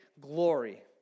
glory